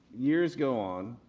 years go on,